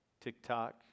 TikTok